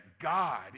God